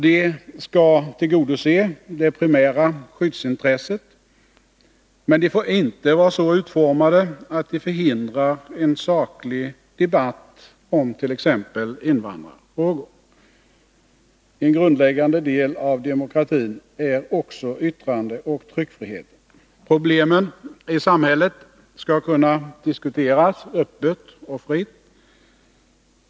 De skall tillgodose det primära skyddsintresset, men de får inte vara så utformade att de förhindrar en saklig debatt om t.ex. invandrarfrågor. En grundläggande del av demokratin är också yttrandeoch tryckfrihet. Problemen i samhället skall kunna diskuteras öppet och fritt.